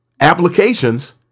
applications